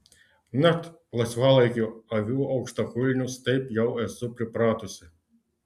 net laisvalaikiu aviu aukštakulnius taip jau esu pripratusi